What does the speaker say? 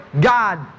God